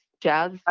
Jazz